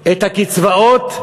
את הקצבאות,